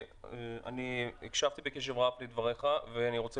אני הקשבתי בקשב רב לדבריך ואני רוצה